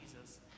Jesus